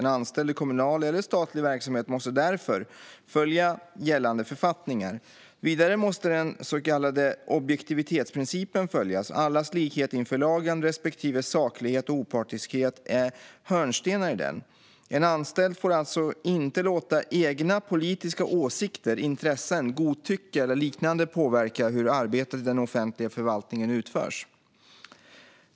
En anställd i kommunal eller statlig verksamhet måste därför följa gällande författningar. Vidare måste den så kallade objektivitetsprincipen följas. Allas likhet inför lagen respektive saklighet och opartiskhet är hörnstenar i den. En anställd får alltså inte låta egna politiska åsikter, intressen, godtycke eller liknande påverka hur arbetet i den offentliga förvaltningen utförs.